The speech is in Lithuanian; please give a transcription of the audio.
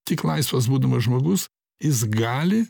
tik laisvas būdamas žmogus jis gali